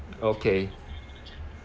okay